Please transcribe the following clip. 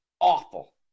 awful